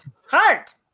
Heart